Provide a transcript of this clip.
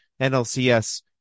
NLCS